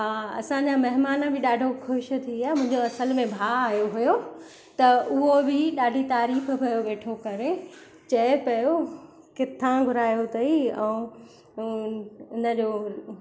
हा असांजा महिमान बि ॾाढो ख़ुशि थी विया मुंहिंजो असुल में भाउ आहियो हुओ त उहो बि ॾाढी तारीफ़ पियो वेठो करे चए पियो किथां घुरायो अथई ऐं ऐं उन जो